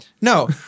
No